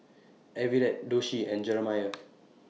Everett Doshie and Jeramie